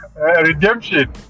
Redemption